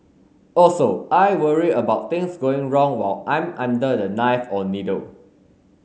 also I worry about things going wrong while I'm under the knife or needle